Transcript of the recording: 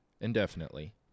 indefinitely